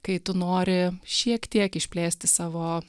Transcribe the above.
kai tu nori šiek tiek išplėsti savo